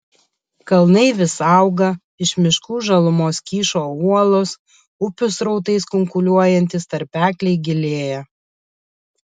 kalnai vis auga iš miškų žalumos kyšo uolos upių srautais kunkuliuojantys tarpekliai gilėja